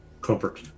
comfort